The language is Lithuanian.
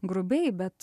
grubiai bet